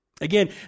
Again